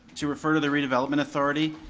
to refer to the redevelopment authority,